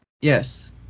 Yes